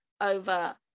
over